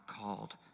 called